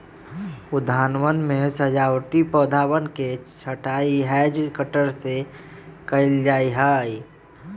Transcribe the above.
उद्यानवन में सजावटी पौधवन के छँटाई हैज कटर से कइल जाहई